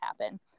happen